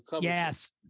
yes